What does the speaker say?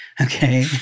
Okay